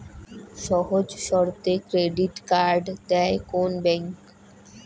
সহজ শর্তে credit card দেয় কোন ব্যাংক?